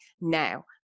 now